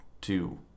two